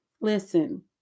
Listen